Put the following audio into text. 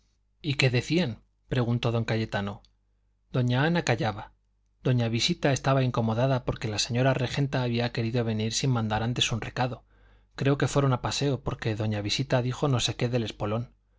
y qué decían preguntó don cayetano doña ana callaba doña visita estaba incomodada porque la señora regenta había querido venir sin mandar antes un recado creo que fueron a paseo porque doña visita dijo no sé qué del espolón